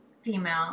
female